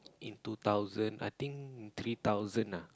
in two thousand I think in three thousand ah